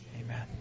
Amen